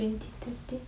twenty thirteen